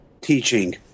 teaching